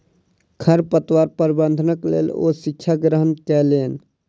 खरपतवार प्रबंधनक लेल ओ शिक्षा ग्रहण कयलैन